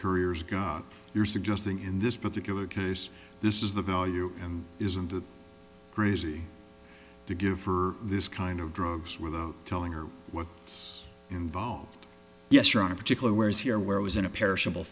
careers god you're suggesting in this particular case this is the value and isn't that crazy to give for this kind of drugs without telling her what it's involved yes or on a particular whereas here where it was in a perishable